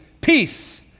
peace